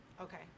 Okay